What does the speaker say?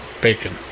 bacon